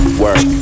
work